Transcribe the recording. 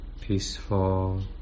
peaceful